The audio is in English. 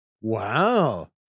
wow